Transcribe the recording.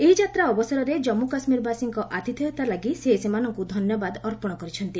ଏହି ଯାତ୍ରା ଅବସରରେ କମ୍ମୁ କାଶ୍ମୀରବାସୀଙ୍କ ଆତିଥେୟତା ଲାଗି ସେ ସେମାନଙ୍କୁ ଧନ୍ୟବାଦ ଅର୍ପଣ କରିଚ୍ଛନ୍ତି